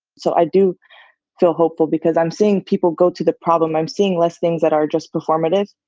so i do feel hopeful because i'm seeing people go to the problem. i'm seeing less things that are just performative.